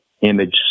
image